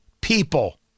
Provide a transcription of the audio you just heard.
people